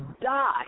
die